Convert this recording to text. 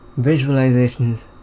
visualizations